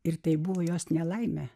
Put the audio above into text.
ir tai buvo jos nelaimę